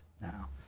now